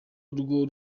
ngo